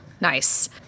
Nice